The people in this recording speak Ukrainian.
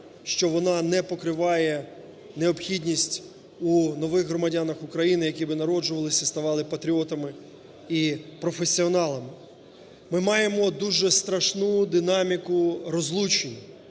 що вона не покриває необхідність у нових громадянах України, які би народжувалися, ставали патріотами і професіоналами. Ми маємо дуже страшну динаміку розлучень